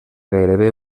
gairebé